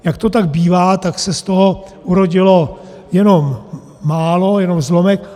Jak to tak bývá, tak se z toho urodilo jenom málo, jenom zlomek.